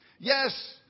Yes